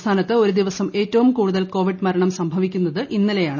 സംസ്ഥാനത്ത് ഒരു ദിവസം ഏറ്റവും കൂടുതൽ കോവിഡ് മരണം സംഭവിക്കുന്നത് ഇന്നലെയാണ്